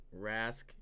Rask